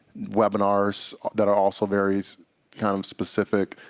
webinars that are also very kind of specific,